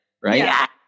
right